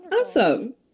Awesome